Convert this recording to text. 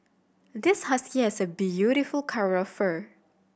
this husky has a beautiful coat of fur